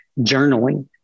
journaling